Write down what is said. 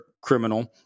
criminal